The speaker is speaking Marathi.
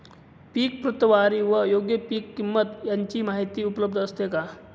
पीक प्रतवारी व योग्य पीक किंमत यांची माहिती उपलब्ध असते का?